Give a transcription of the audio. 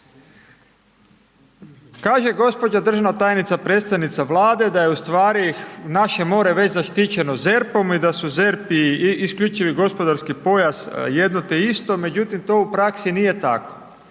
Kaže gospođa državna tajnica, predstojnica Vlade da je ustvari naše more već zaštićeno ZERP-om i da su ZERP i isključivi gospodarski pojas jedno te isto, međutim to u praksi nije tako.